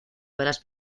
varias